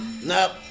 Nope